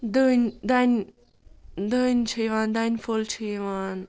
دٔنۍ دَنہِ دٔنۍ چھےٚ یِوان دَنہِ پھوٚل چھِ یِوان